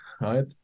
right